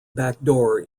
backdoor